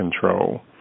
control